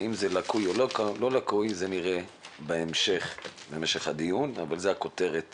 האם זה לקוי או לא נראה במשך הדיון, אבל זו הכותרת